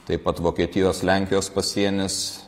taip pat vokietijos lenkijos pasienis